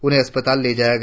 उन्हें अस्पताल ले जाया गया